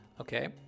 Okay